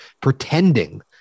pretending